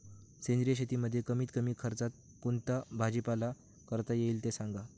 सेंद्रिय शेतीमध्ये कमीत कमी खर्चात कोणता भाजीपाला करता येईल ते सांगा